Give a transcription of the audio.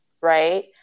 right